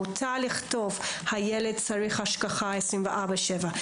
מותר לכתוב שהילד צריך השגחה 24/7,